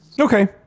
Okay